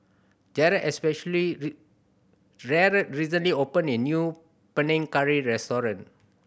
Jarred especially Jarred recently opened a new Panang Curry restaurant